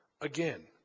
again